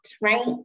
right